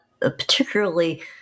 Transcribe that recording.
particularly